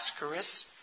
Ascaris